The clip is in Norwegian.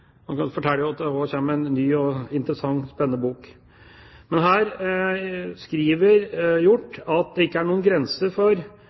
fortelle at det også kommer en ny, interessant og spennende bok – hvor han skriver